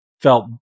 felt